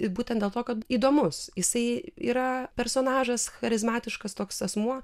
būtent dėl to kad įdomus jisai yra personažas charizmatiškas toks asmuo